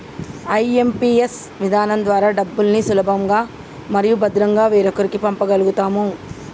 IMPS విధానం ద్వారా డబ్బుల్ని సులభంగా మరియు భద్రంగా వేరొకరికి పంప గల్గుతం